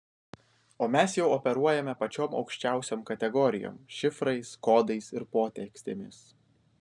o mes jau operuojame pačiom aukščiausiom kategorijom šifrais kodais ir potekstėmis